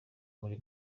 muri